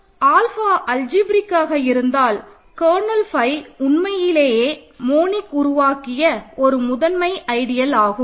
alpha அல்ஜிப்ரேக்காகாக இருந்தால் kernel phi உண்மையிலேயே மோனிக் உருவாக்கிய ஒரு முதன்மை ஐடியல் ஆகும்